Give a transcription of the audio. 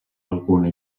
alguna